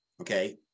okay